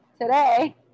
today